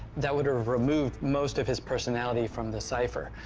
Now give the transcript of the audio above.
that would've removed most of his personality from the cipher.